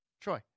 Troy